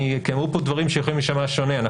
כי נאמרו פה דברים שיכולים להישמע שונה.